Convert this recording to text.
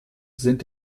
sind